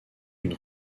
une